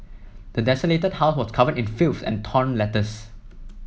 the desolated house was covered in filth and torn letters